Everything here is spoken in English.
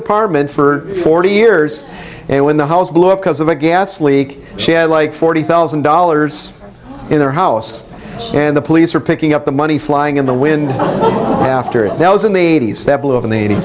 apartment for forty years and when the house blew up because of a gas leak she had like forty thousand dollars in their house and the police are picking up the money flying in the wind after it was in the eighty's that blew up in the